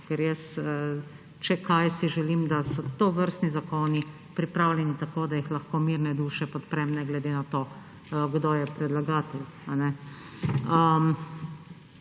Ker če kaj, si jaz želim, da so tovrstni zakoni pripravljeni tako, da jih lahko mirne duše podprem, ne glede na to, kdo je predlagatelj.